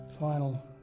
final